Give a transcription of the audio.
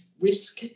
risk